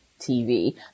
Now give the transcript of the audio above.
TV